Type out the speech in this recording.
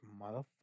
motherfucker